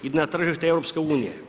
Ide na tržište EU.